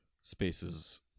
spaces